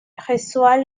reçoit